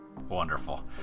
Wonderful